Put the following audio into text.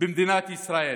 במדינת ישראל,